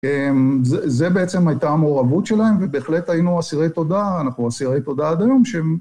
זה בעצם הייתה המעורבות שלהם, ובהחלט היינו אסירי תודה, אנחנו אסירי תודה עד היום שהם...